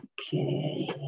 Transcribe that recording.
Okay